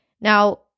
Now